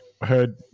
heard